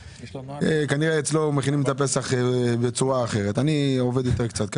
כנראה אצלו מכינים את הפסח בצורה אחרת, בסדר.